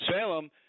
Salem